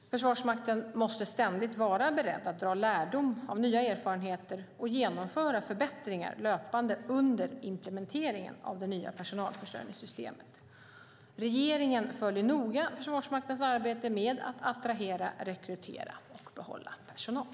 Försvarsmakten måste ständigt vara beredd att dra lärdom av nya erfarenheter och genomföra förbättringar löpande under implementeringen av det nya personalförsörjningssystemet. Regeringen följer noga Försvarsmaktens arbete med att attrahera, rekrytera och behålla personal.